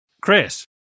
Chris